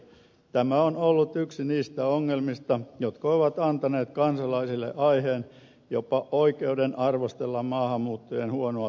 tämä on ollut yksi niistä ongelmista jotka ovat antaneet kansalaisille aiheen jopa oikeuden arvostella maahanmuuttajien huonoa työhön sijoittumista